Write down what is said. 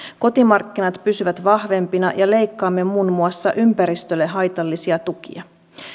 kotimarkkinat pysyvät vahvempina ja leikkaamme muun muassa ympäristölle haitallisia tukia